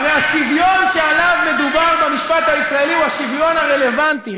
הרי השוויון שעליו מדובר במשפט הישראלי הוא השוויון הרלוונטי,